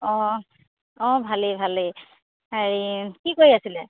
অঁ অঁ ভালেই ভালেই হে কি কৰি আছিলে